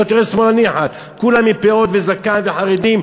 לא תראה שמאלני אחד, כולם עם פאות וזקן, חרדים.